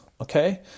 okay